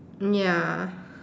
ya